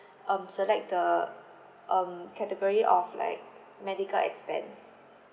um select the um category of like medical expense